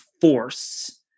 force